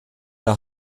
der